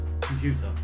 computer